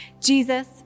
Jesus